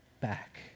back